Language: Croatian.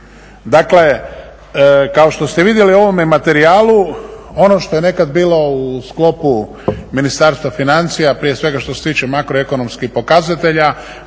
Dakle kao što ste vidjeli u ovome materijalu ono što je nekad bilo u sklopu Ministarstva financija, prije svega što se tiče makroekonomskih pokazatelja